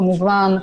כמובן,